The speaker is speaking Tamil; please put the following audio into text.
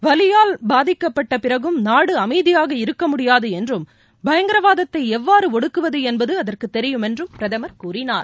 வலியால் பாதிக்க்ப்பட்டபிறகும் நாடு அமைதியாக இருக்க முடியாது என்றும் பயங்கரவாதத்தை எவ்வாறு ஒடுக்குவது என்பது அதற்கு தெரியும் என்றும் பிரதமர் கூறினார்